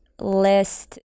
list